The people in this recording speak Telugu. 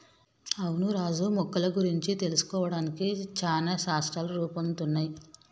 అవును రాజు మొక్కల గురించి తెలుసుకోవడానికి చానా శాస్త్రాలు రూపొందుతున్నయ్